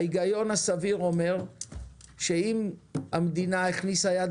ההיגיון הסביר אומר שאם המדינה הכניסה יד